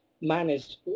managed